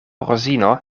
rozino